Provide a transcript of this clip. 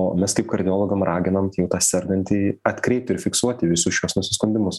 o mes kaip kardiologam raginam jau tą sergantįjį atkreipt ir fiksuoti visus šiuos nusiskundimus